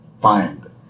find